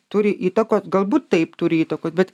turi įtakos galbūt taip turi įtakų bet